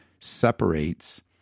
separates